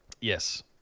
Yes